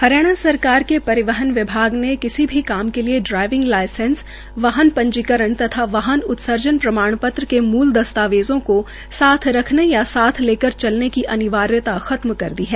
हरियाणा सरकार ने परिवहन विभाग ने किसी भी काम के लिए ड्राईविंग लाइसेंस वाहन पंजीकरण तथा वाहन उत्सर्जन प्रमाण पत्र के मूल दस्तावेजों को साथ रखने या साथ लेकर चलने पर अनिवार्यता खत्म कर दी है